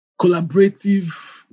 collaborative